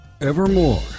Evermore